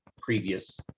previous